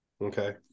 okay